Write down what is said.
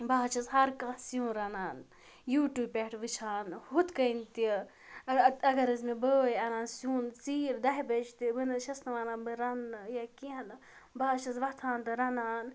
بہٕ حظ چھَس ہَر کانٛہہ سیُن رَنان یوٗٹوب پٮ۪ٹھ وٕچھان ہُتھ کٔنۍ تہِ اَگر حظ مےٚ بٲے اَنان سیُن ژیٖرۍ دَہہِ بَجہِ تہِ بہٕ نہٕ حظ چھَس نہٕ وَنان بہٕ رَنٛنہٕ یا کیٚنٛہہ نہٕ بہٕ حظ چھَس ۄوتھان تہٕ رَنان